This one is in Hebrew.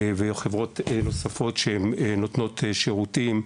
ויש חברות נוספות שנותנות שירותים,